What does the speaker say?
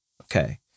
okay